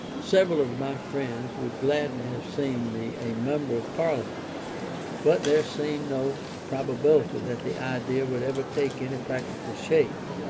several of my friends would gladly have seen me a member of parliament but there seemed no probability that the idea would ever take any practical shape.